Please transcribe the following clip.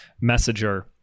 messenger